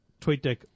TweetDeck